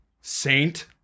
Saint